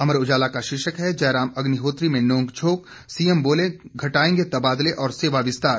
अमर उजाला का शीर्षक है जयराम अग्निहोत्री में नोंक झोंक सीएम बोले घटाएंगे तबादले और सेवा विस्तार